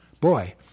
Boy